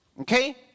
okay